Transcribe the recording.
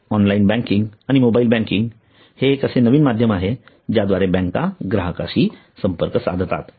online banking आणि mobile banking हे एक असे नवीन माध्यम आहे ज्याद्वारे बँका ग्राहकांशी संपर्क साधतात